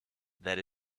that